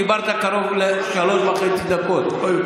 דיברת קרוב לשלוש דקות וחצי.